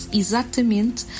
exatamente